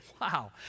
Wow